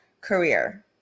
career